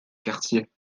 quartier